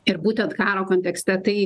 ir būtent karo kontekste tai